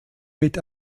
mit